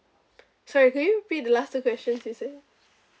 sorry could you repeat the last two question you said